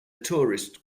tourist